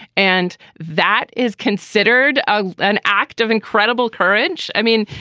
and that is considered ah an act of incredible courage. i mean,